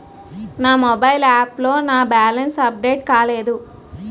నా mobile app లో నా బ్యాలెన్స్ అప్డేట్ కాలేదు